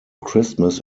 christmas